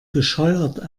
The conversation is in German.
bescheuert